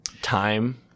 time